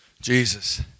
Jesus